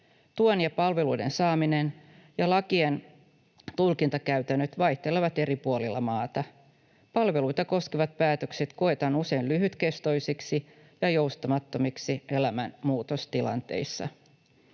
Tuen ja palveluiden saaminen ja lakien tulkintakäytännöt vaihtelevat eri puolilla maata. Palveluita koskevat päätökset koetaan usein lyhytkestoisiksi ja joustamattomiksi elämän muutostilanteissa.